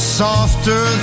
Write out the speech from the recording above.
softer